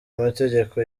amategeko